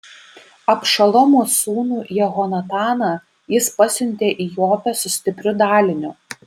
abšalomo sūnų jehonataną jis pasiuntė į jopę su stipriu daliniu